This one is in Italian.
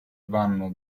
vanno